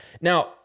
Now